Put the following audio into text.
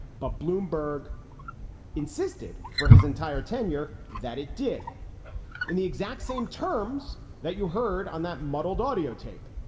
but bloomberg insisted for his entire tenure that it did in the exact same terms that you heard on that muddled audiotape.